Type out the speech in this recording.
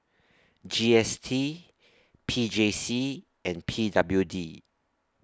G S T P J C and P W D